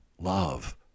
Love